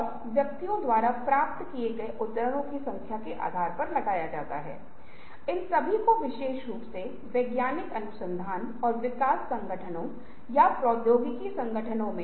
आइए हम बताते हैं कि आपकी बुनियादी समस्या की सीखने में रुचि रखने वाले अधिक छात्रों को कैसे प्राप्त करें